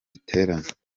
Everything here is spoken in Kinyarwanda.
giterane